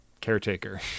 Caretaker